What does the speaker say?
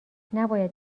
نباید